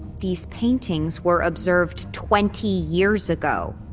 these paintings were observed twenty years ago,